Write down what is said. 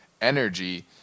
energy